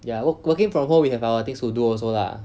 ya work working from home we have our things to do also lah